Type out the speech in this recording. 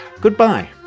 goodbye